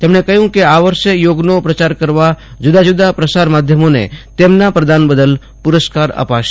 તેમણે કહયું કે આ વર્ષે યોગનો પ્રચાર કરવા જુદા જુદા પ્રસાર માધ્યમોને તેમના પ્રદાન બદલ પુરસ્કાર અપાશે